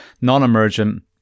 non-emergent